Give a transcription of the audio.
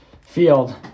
field